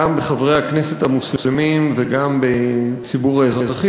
גם בחברי הכנסת המוסלמים וגם בציבור האזרחים